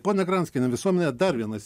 ponia granskiene visuomenėje dar vienas